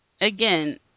again